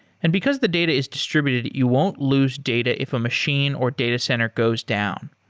and because the data is distributed, you won't lose data if a machine or data center goes down.